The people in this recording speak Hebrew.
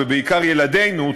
ובעיקר ילדינו,